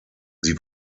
sie